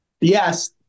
Yes